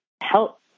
help